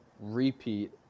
repeat